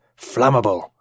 Flammable